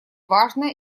важно